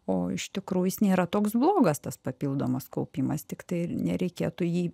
o iš tikrųjų jis nėra toks blogas tas papildomas kaupimas tiktai nereikėtų jį